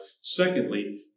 Secondly